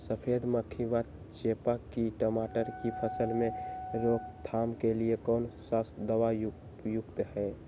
सफेद मक्खी व चेपा की टमाटर की फसल में रोकथाम के लिए कौन सा दवा उपयुक्त है?